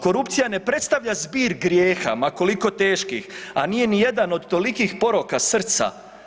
Korupcija ne predstavlja zbir grijeha ma koliko teških, a nije ni jedan od tolikih poroka srca.